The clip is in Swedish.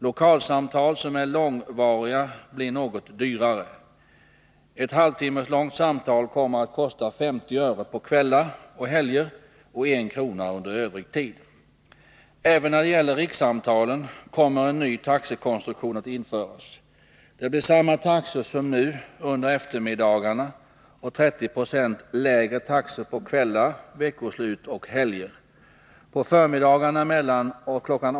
Lokalsamtal som är långvariga blir något dyrare. Ett halvtimmeslångt samtal kommer att kosta 50 öre på kvällar och helger och 1 krona under övrig tid. Även när det gäller rikssamtalen kommer en ny taxekonstruktion att införas. Det blir samma taxor som nu under eftermiddagarna och 30 96 lägre taxor på kvällar, veckoslut och helger. På förmiddagarna mellan kl.